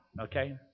okay